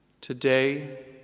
Today